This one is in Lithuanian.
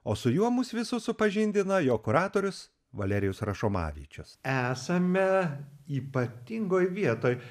o su juo mus visus supažindina jo kuratorius valerijus rašomavičius esame ypatingoj vietoj